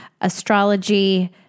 astrology